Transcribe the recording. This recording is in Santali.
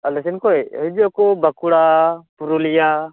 ᱟᱞᱮᱥᱮᱫ ᱠᱷᱚᱱ ᱦᱤᱡᱩᱜ ᱟᱠᱚ ᱵᱟᱸᱠᱩᱲᱟ ᱯᱩᱨᱩᱞᱤᱭᱟᱹ